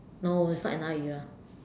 no it's not another era